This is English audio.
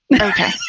Okay